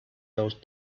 those